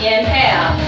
Inhale